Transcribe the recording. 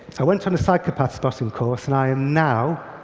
i went on a psychopath-spotting course, and i am now